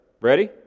Ready